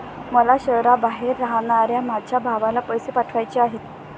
मला शहराबाहेर राहणाऱ्या माझ्या भावाला पैसे पाठवायचे आहेत